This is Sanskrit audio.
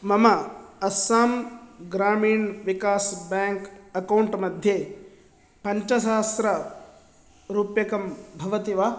मम अस्साम् ग्रामिण् विकास् बेङ्क् अक्कौण्ट् मध्ये पञ्चसहस्ररूप्यकं भवति वा